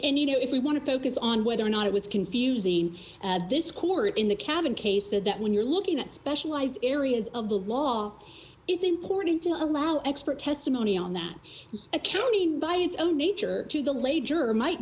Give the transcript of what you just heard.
and you know if we want to focus on whether or not it was confusing this court in the cabin case said that when you're looking at specialized areas of the law it's important to allow expert testimony on that accounting by its own nature to the late juror might